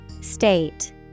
State